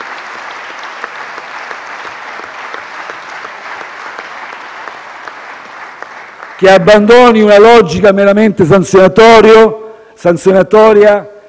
che abbandoni la logica meramente sanzionatoria